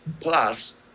Plus